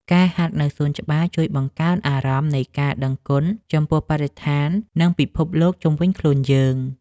ការហាត់នៅសួនច្បារជួយបង្កើនអារម្មណ៍នៃការដឹងគុណចំពោះបរិស្ថាន និងពិភពលោកជុំវិញខ្លួនយើង។